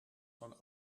van